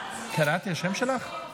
קראתי בשם שלך?